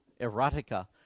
erotica